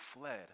fled